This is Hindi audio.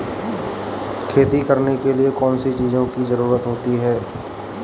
खेती करने के लिए कौनसी चीज़ों की ज़रूरत होती हैं?